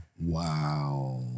Wow